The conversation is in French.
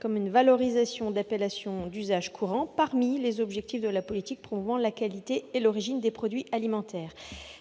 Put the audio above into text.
comme une valorisation d'appellation d'usage courant parmi les objectifs de la politique promouvant la qualité et l'origine des produits alimentaires.